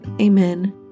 Amen